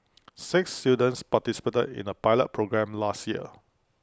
six students participated in A pilot programme last year